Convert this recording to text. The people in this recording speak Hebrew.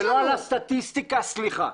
סליחה,